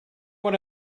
what